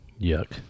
yuck